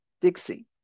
Dixie